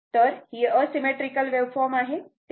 तर ही asymmetrical waveform आहे